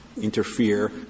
interfere